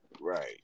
Right